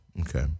Okay